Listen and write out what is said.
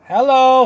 Hello